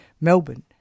Melbourne